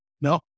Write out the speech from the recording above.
no